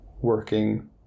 working